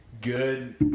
good